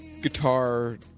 guitar